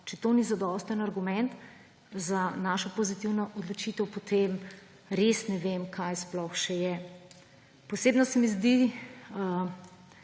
Če to ni zadosten argument za našo pozitivno odločitev, potem res ne vem, kaj sploh še je. Posebno se mi zdi